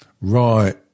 Right